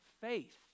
faith